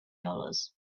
dollars